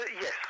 Yes